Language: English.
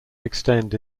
extend